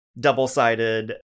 double-sided